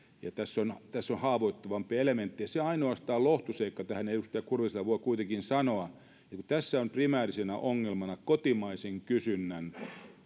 tässä on tässä on haavoittuvampia elementtejä ainoastaan sen lohtuseikan tähän edustaja kurviselle voi kuitenkin sanoa että kun tässä on primäärisenä ongelmana kotimaisen kysynnän